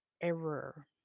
error